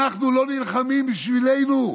אנחנו לא נלחמים בשבילנו,